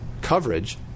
coverage